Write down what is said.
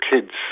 kids